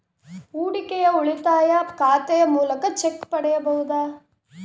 ಹೂಡಿಕೆಯ ಉಳಿತಾಯ ಖಾತೆಯ ಮೂಲಕ ಚೆಕ್ ಪಡೆಯಬಹುದಾ?